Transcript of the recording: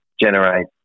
generate